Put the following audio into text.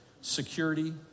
security